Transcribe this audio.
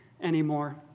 anymore